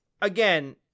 again